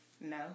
No